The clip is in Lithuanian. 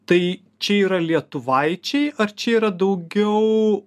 tai čia yra lietuvaičiai ar čia yra daugiau